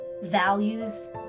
values